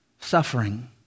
Suffering